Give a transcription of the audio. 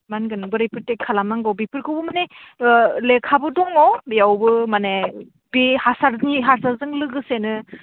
मा होनगोन बोरै फ्रटेक्ट खालामनांगौ बेफोरखौबो माने लेखाबो दङ बेयावबो माने बे हासारनि हासारजों लोगोसेनो